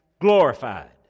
glorified